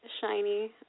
shiny